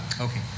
Okay